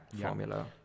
formula